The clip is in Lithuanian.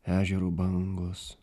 ežerų bangos